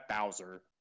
Bowser